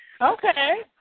Okay